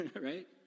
Right